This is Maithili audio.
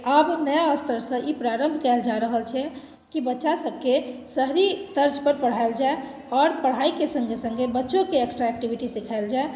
आब नया स्तरसँ ई प्रारम्भ कयल जा रहल छै कि बच्चासभके शहरी तर्जपर पढ़ायल जाय आओर पढ़ाइके सङ्गे सङ्गे बच्चोके एक्स्ट्रा एक्टिविटी सिखायल जाय